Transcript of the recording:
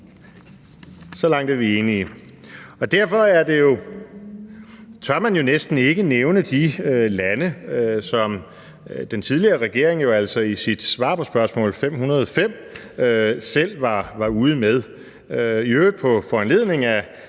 så langt er vi enige. Og derfor tør man jo næsten ikke nævne de lande, som den tidligere regering jo altså i sit svar på spørgsmål nr. S 505 selv var ude med – i øvrigt på foranledning af